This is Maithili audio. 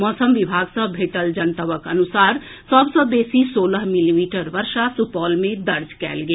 मौसम विभाग सँ भेटल जनतबक अनुसार सभ सँ बेसी सोलह मिलीमीटर वर्षा सुपौल मे दर्ज कएल गेल